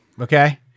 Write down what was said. okay